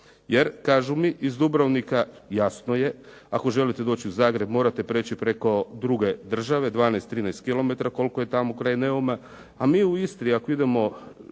jer kažu mi iz Dubrovnika jasno je ako želite doći u Zagreb morate preći preko druge države 12, 13 kilometara koliko je tamo kraj Neuma a mi u Istri ako idemo